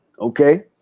okay